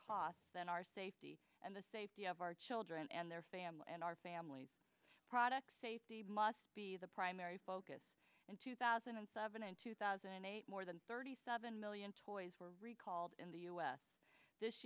cost than our safety and the safety of our children and their families and our families product safety must be the primary focus in two thousand and seven and two thousand and eight more than thirty seven million toys were recalled in the u s this